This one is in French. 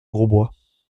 grosbois